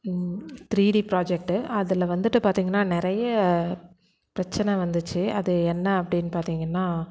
three D project அதில் வந்துட்டு பார்த்திங்கன்னா நிறைய பிரச்சனை வந்துச்சு அது என்ன அப்படின்னு பார்த்திங்கன்னா